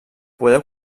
podeu